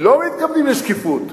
לא מתכוונים לשקיפות,